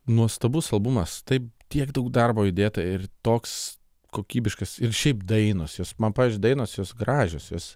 nuostabus albumas taip tiek daug darbo įdėta ir toks kokybiškas ir šiaip dainos jos man pavyzdžiui dainos jos gražios jos